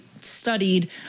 studied